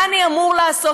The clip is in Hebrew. מה אני אמור לעשות?